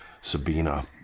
Sabina